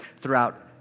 throughout